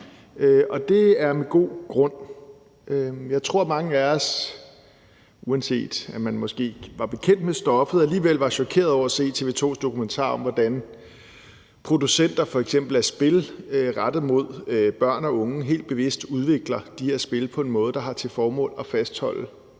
og det er med god grund. Jeg tror, at mange af os, uanset om man var bekendt med stoffet eller ej, alligevel var chokerede over at se TV 2's dokumentar om, hvordan producenter af f.eks. spil rettet mod børn og unge helt bevidst udvikler de her spil på en måde, der har til formål at fastholde